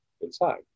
inside